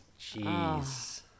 Jeez